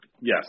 yes